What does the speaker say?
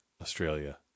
australia